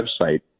website